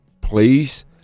please